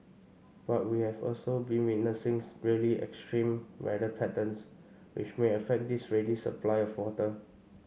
but we have also been witnessing really extreme weather patterns which may affect this ready supply of water